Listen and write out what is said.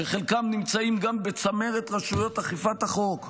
שחלקם נמצאים גם בצמרת רשויות אכיפת החוק והמשפט,